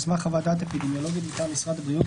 על סמך חוות דעת אפידמיולוגיה מטעם משרד הבריאות,